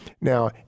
Now